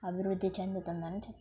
అభివృద్ధి చెందుతుందని చెప్తాను